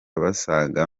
basaga